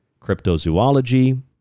Cryptozoology